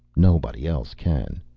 nobody else can.